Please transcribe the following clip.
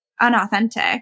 unauthentic